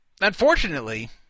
unfortunately